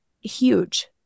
huge